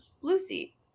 Lucy